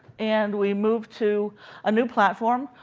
and we moved to a new platform.